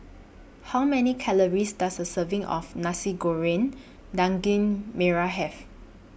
How Many Calories Does A Serving of Nasi Goreng Daging Merah Have